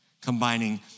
combining